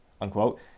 unquote